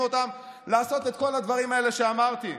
אותם לעשות את כל הדברים האלה שאמרתי?